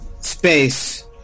space